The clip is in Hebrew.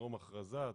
טרום הכרזה,